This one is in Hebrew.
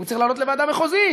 והוא צריך לעלות לוועדה מחוזית.